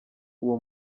uwo